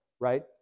right